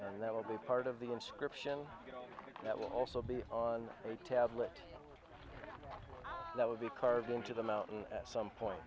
and that will be part of the inscription that will also be on a tablet that would be carved into the mountain at some point